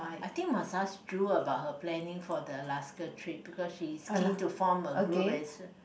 I think must ask Ju about her planning for the Alaska trip because she is keen to form a group where it's